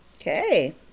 Okay